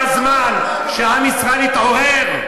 ראש הממשלה שלך, הגיע הזמן שעם ישראל יתעורר.